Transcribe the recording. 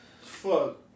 Fuck